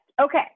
okay